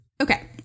Okay